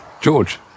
George